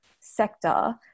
sector